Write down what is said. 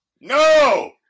No